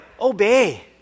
obey